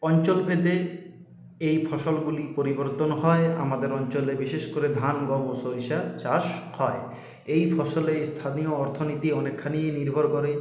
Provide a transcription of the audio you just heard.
অঞ্চলভেদে এই ফসলগুলি পরিবর্তন হয় আমাদের অঞ্চলে বিশেষ করে ধান গম ও সরিষা চাষ করে এই ফসলে স্থানীয় অর্থনীতি অনেকখানিই নির্ভর করে